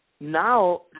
Now